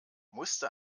musste